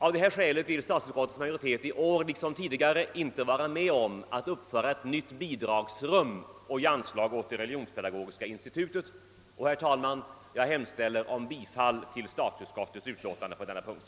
Av detta skäl vill statsutskottets majoritet i år liksom tidigare inte vara med om att uppföra ett nytt bidragsrum och ge anslag åt Religionspedagogiska institutet. Jag hemställer om bifall till statsutskottets yrkande på denna punkt.